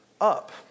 up